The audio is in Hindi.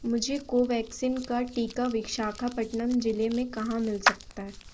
मुझे कोवैक्सिन का टीका विशाखापट्नम ज़िले में कहाँ मिल सकता है